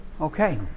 okay